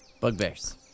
Bugbears